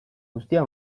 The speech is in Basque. guztia